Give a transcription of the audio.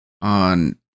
on